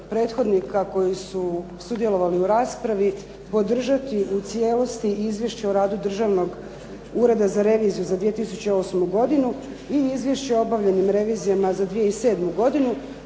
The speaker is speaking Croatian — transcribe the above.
prethodnika koji su sudjelovali u raspravi podržati u cijelosti Izvješće o radu Državnog ureda za reviziju za 2008. godinu i Izvješće o obavljenim revizijama za 2007. godinu